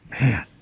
Man